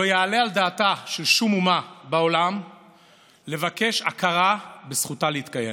לא יעלה על דעתה של שום אומה בעולם לבקש הכרה בזכותה להתקיים.